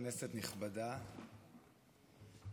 כנסת נכבדה,